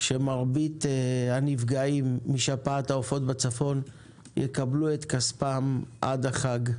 שמרבית הנפגעים משפעת העופות בצפון יקבלו את כספם עד החג.